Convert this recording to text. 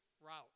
route